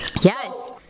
Yes